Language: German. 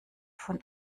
von